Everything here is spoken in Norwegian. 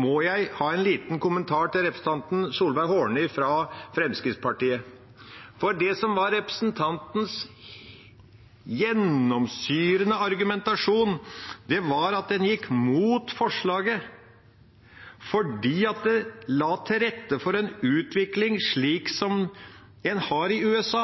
må jeg ha en liten kommentar til representanten Solveig Horne fra Fremskrittspartiet, for det som var representantens gjennomsyrende argumentasjon, var at en gikk mot forslaget fordi det la til rette for en utvikling slik som en har i USA,